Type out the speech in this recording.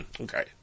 okay